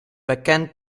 bekend